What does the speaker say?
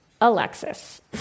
Alexis